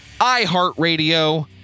iHeartRadio